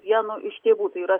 vienu iš tėvų tai yra